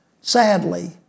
Sadly